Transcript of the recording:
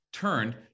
turned